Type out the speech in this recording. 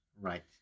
Right